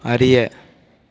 அறிய